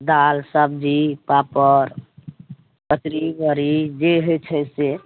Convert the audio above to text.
दाल सब्जी पापड़ कचरी बड़ी जे होइ छै से